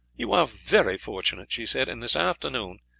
you are very fortunate, she said, and this afternoon,